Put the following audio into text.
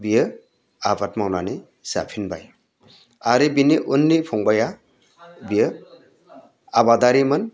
बियो आबाद मावनानै जाफिनबाय आरो बिनि उननि फंबाइया बियो आबादारिमोन